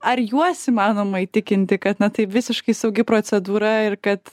ar juos įmanoma įtikinti kad na tai visiškai saugi procedūra ir kad